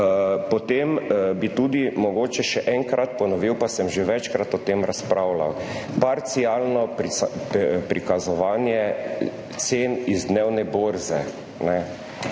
Potem bi tudi mogoče še enkrat ponovil, pa sem že večkrat o tem razpravljal, parcialno prikazovanje cen iz dnevne borze,